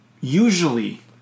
usually